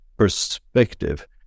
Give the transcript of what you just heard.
perspective